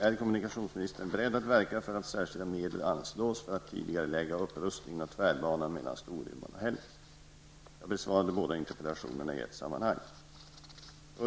Är kommunikationsministern beredd att verka för att särskilda medel anslås för att tidigarelägga upprustningen av tvärbanan mellan Storuman och Jag besvarar de båda interpellationerna i ett sammanhang.